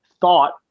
thought